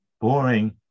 boring